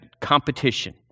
competition